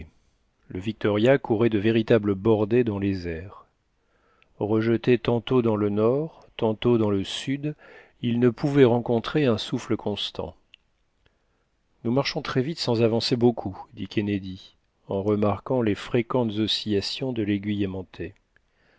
le victoria courait de véritables bordées dans les airs rejeté tantôt dans le nord tantôt dans le sud il ne pouvait rencontrer un souffle constant nous marchons très vite sans avancer beaucoup dit kennedy en remarquant les fréquentes oscillations de l'aiguille aimantée